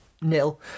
nil